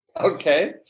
okay